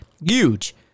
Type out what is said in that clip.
huge